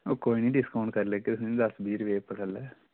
ओह् कोई नी डिस्काउन्ट करी लैगे तुसें'गी दस बीह् रपेऽ करी लैगे उप्पर थ'ल्लै